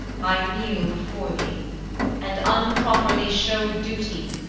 i kneel before thee and unproperly show duty,